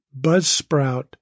Buzzsprout